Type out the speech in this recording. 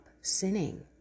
sinning